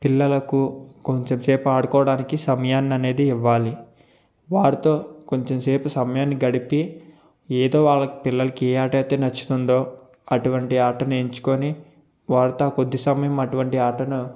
పిల్లలకు కొంచెంసేపు ఆడుకోవడానికి సమయాన్ని అనేది ఇవ్వాలి వాడితో కొంచెంసేపు సమయాన్ని గడిపి ఏదో వాళ్ళకి పిల్లలకి ఏ ఆట అయితే నచ్చుతుందో అటువంటి ఆటని ఎంచుకొని వారితో ఆ కొద్ది సమయం అటువంటి ఆటను